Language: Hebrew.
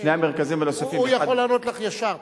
שני המרכזים הנוספים, הוא יכול לענות לך ישר.